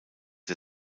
der